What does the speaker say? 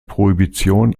prohibition